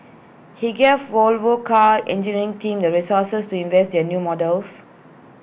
he gave Volvo car's engineering team the resources to invest in new models